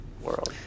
world